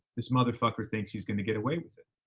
this motherfucker thinks he's gonna get away with it.